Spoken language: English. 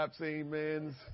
Amen